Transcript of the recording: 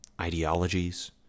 ideologies